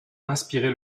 inspiré